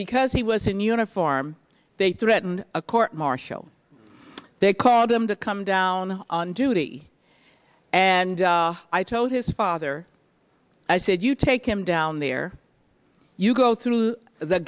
because he was in uniform they threatened a court martial they called him to come down on duty and i told his father i said you take him down there you go through the